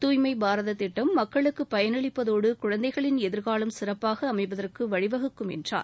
துய்மை பாரதம் திட்டம் மக்களுக்கு பயனளிப்பதோடு குழந்தைகளின் எதிர்காலம் சிறப்பாக அமைவதற்கு வழிவகுக்கும் என்றார்